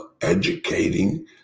educating